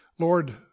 Lord